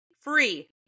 free